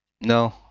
No